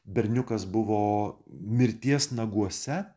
berniukas buvo mirties naguose